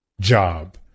job